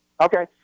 Okay